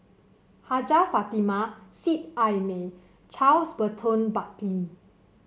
Hajjah Fatimah Seet Ai Mee Charles Burton Buckley